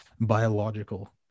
biological